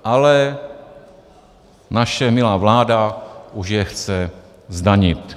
Ale naše milá vláda už je chce zdanit.